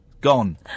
Gone